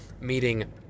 meeting